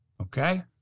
Okay